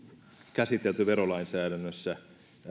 käsitelty verolainsäädännössä